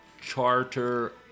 charter